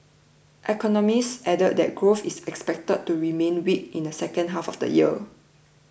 economists added that growth is expected to remain weak in the second half of the year